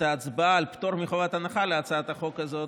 ההצבעה על פטור מחובת הנחה להצעת החוק הזאת,